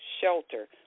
shelter